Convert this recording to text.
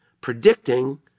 predicting